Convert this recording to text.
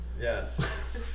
Yes